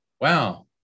wow